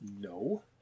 No